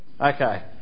Okay